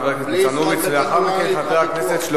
חבר הכנסת ניצן הורוביץ,